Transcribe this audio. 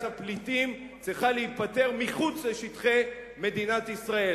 הפליטים צריכה להיפתר מחוץ לשטחי מדינת ישראל.